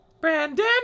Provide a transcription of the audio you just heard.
Brandon